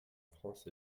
france